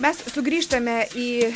mes sugrįžtame į